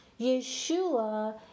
Yeshua